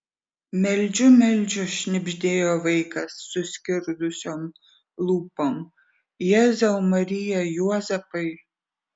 meldžiu meldžiu šnibždėjo vaikas suskirdusiom lūpom jėzau marija juozapai